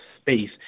space